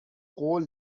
قول